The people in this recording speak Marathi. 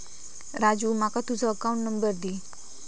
राजू माका तुझ अकाउंट नंबर दी